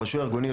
ברישוי הארגוני,